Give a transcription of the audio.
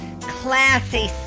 classy